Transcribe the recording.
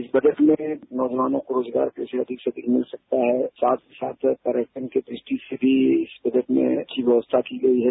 इस बजट में नौजवॉनों को रोजगार अधिक से मिल सकता है साथ साथ पर्यटन की दृष्टि से भी इस बजट में अच्छी व्यवस्था की गई है